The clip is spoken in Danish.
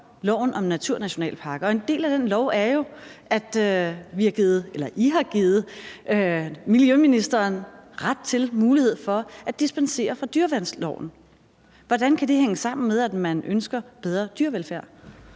loven om naturnationalparker. En del af den lov er jo, at I har givet miljøministeren ret til og mulighed for at dispensere fra dyreværnsloven. Hvordan kan det hænge sammen med, at man ønsker bedre dyrevelfærd?